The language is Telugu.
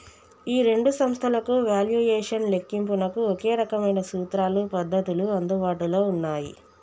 ఈ రెండు సంస్థలకు వాల్యుయేషన్ లెక్కింపునకు ఒకే రకమైన సూత్రాలు పద్ధతులు అందుబాటులో ఉన్నాయి